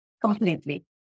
completely